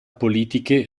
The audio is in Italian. politiche